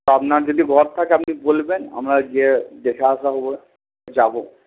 তা আপনার যদি থাকে আপনি বলবেন আমরা গিয়ে দেখে আসা হবে যাবো